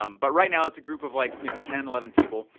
um but right now, it's a group of like you know ten, eleven people.